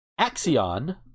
axion